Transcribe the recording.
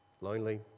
lonely